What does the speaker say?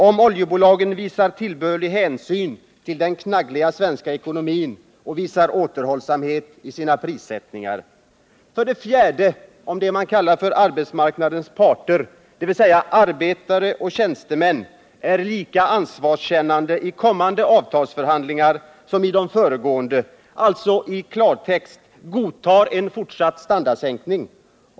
Om oljebolagen visar tillbörlig hänsyn till den knaggliga svenska ekonomin och visar återhållsamhet i sina prissättningar. 4. Om ”arbetsmarknadens parter” — dvs. arbetare och tjänstemän är lika ”ansvarskännande” i kommande avtalsförhandlingar som i de föregående — alltså i klartext godtar en fortsatt standardsänkning.